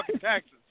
taxes